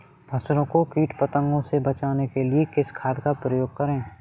फसलों को कीट पतंगों से बचाने के लिए किस खाद का प्रयोग करें?